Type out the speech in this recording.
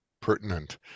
pertinent